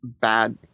bad